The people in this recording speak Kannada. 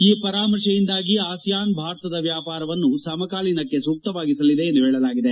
ಈ ಪರಾಮರ್ಶೆಯಿಂದಾಗಿ ಆಸಿಯಾನ್ ಭಾರತದ ವ್ನಾಪಾರವನ್ನು ಸಮಕಾಲೀನಕ್ಕೆ ಸೂಕ್ತವಾಗಿಸಲಿದೆ ಎಂದು ಹೇಳಲಾಗಿದೆ